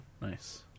nice